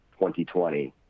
2020